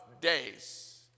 days